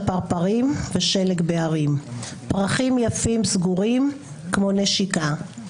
פרפרים ושלג בהרים/ פרחים יפים סגורים כמו נשיקה.